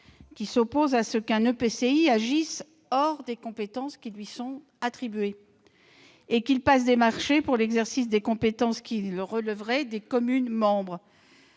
qui s'oppose à ce qu'un EPCI agisse hors des compétences qui lui sont attribuées et qu'il passe des marchés pour l'exercice des compétences qui relèveraient des communes membres.